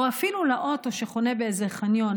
או אפילו לאוטו שחונה באיזה חניון,